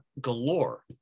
galore